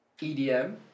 EDM